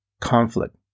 Conflict